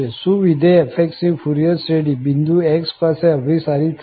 શું વિધેય f ની ફુરિયર શ્રેઢી બિંદુ x પાસે અભિસારી થશે